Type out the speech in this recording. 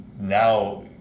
now